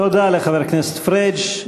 תודה לחבר הכנסת פריג'.